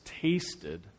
tasted